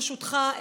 ברשותך,